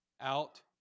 out